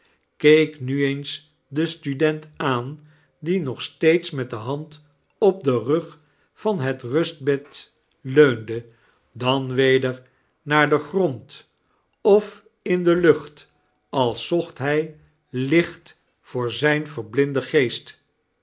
keek nu eens den student aan die nog steeds met de hand op den rug van het rustbed leunde dan weder naar den grond of in de lucht als zocht hij licht voor zijn verblinden